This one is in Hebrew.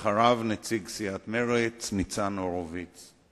אחריו, נציג סיעת מרצ ניצן הורוביץ.